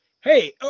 hey